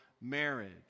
marriage